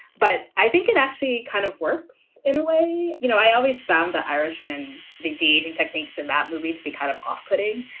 but i think it actually kind of works in a way you know, i always found the irishman, the dg and techniques in that movie to be kind of off-putting.